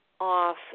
off